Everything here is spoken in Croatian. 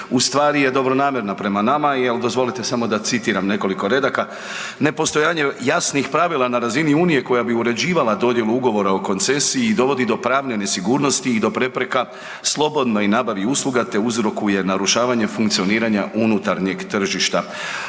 u stvari je dobronamjerna prema nama jer dozvolite samo da citiram nekoliko redaka. „Nepostojanje jasnih pravila na razini unije koja bi uređivala dodjelu ugovora o koncesiji dovodi do pravne nesigurnosti i do prepreka slobodnoj nabavi usluga te uzrokuje narušavanje funkcioniranja unutarnjeg tržišta.